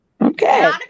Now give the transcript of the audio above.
Okay